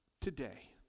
today